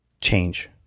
change